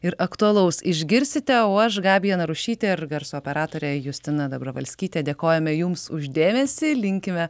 ir aktualaus išgirsite o aš gabija narušytė ir garso operatorė justina dobravalskytė dėkojame jums už dėmesį linkime